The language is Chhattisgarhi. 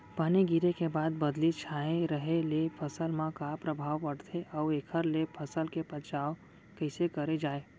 पानी गिरे के बाद बदली छाये रहे ले फसल मा का प्रभाव पड़थे अऊ एखर ले फसल के बचाव कइसे करे जाये?